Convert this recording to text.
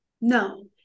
No